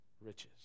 riches